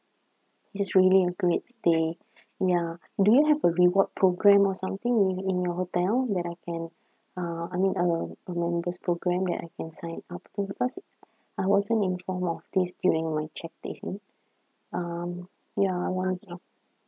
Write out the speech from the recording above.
it's really a great stay ya do you have a reward program or something in in your hotel that I can uh I mean I will a members' program that I can sign up with because I wasn't informed of this during my check briefing um ya I want